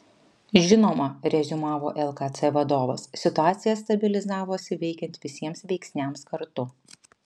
žinoma reziumavo lkc vadovas situacija stabilizavosi veikiant visiems veiksniams kartu